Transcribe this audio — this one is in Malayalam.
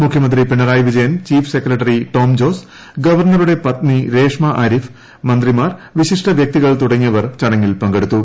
മുഖ്യമന്ത്രി പിണറായി വിജയൻ ചീഫ് സെക്രട്ടറി ടോം ജോസ് ഗവർണറുടെ പത്നി രേഷ്മാ ആരിഫ് മന്ത്രിമാർ വിശിഷ്ടവ്യക്തികൾ തുടങ്ങിയവർ ചടങ്ങിൽ പങ്കെടുത്തു